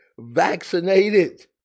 vaccinated